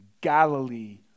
Galilee